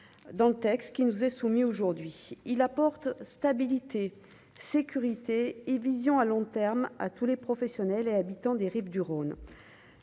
dans le texte qui nous est soumis, aujourd'hui, il apporte stabilité, sécurité et vision à long terme, à tous les professionnels et habitants des rives du Rhône,